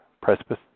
precipice